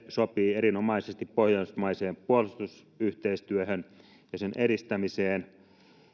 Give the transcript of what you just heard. sopii erinomaisesti pohjoismaiseen puolustusyhteistyöhön ja sen edistämiseen